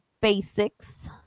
basics